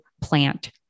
plant